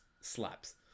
slaps